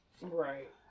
Right